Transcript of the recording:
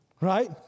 Right